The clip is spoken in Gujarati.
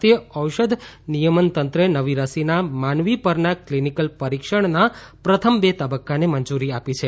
ભારતીય ઔષધ નિયમન તંત્રે નવી રસીના માનવી પરના ક્લિનીકલ પરિક્ષણના પ્રથમ બે તબક્કાને મંજૂરી આપી છે